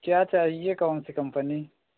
क्या चाहिए कौन सी कम्पनी